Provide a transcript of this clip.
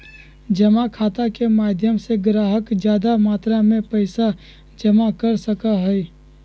जमा खाता के माध्यम से ग्राहक ज्यादा मात्रा में पैसा जमा कर सका हई